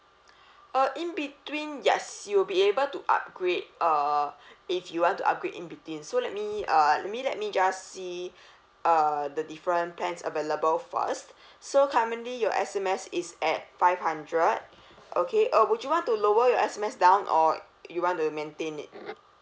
uh in between yes you will be able to upgrade uh if you want to upgrade in between so let me uh maybe let me just see uh the different plans available first so currently your S_M_S is at five hundred okay uh would you want to lower your S_M_S down or you want to maintain it